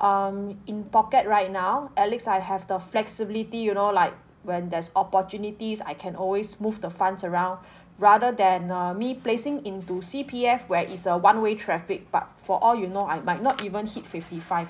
um in pocket right now at least I have the flexibility you know like when there's opportunities I can always move the funds around rather than uh me placing into C_P_F where it's a one way traffic but for all you know I might not even hit fifty five